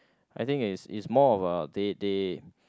I think it's it's more of a they they